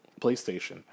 PlayStation